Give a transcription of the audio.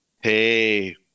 Hey